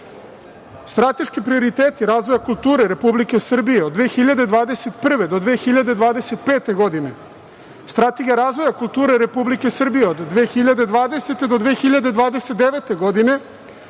sveta. Strateški prioriteti razvoja kulture Republike Srbije od 2021. do 2025. godine, Strategija razvoja kulture Republike Srbije od 2020. do 2029. godine